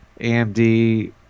AMD